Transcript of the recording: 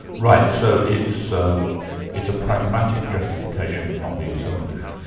right, so it's um it's a pragmatic justification of not being selfish?